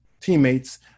teammates